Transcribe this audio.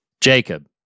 Jacob